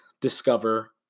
discover